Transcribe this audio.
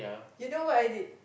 you know what I did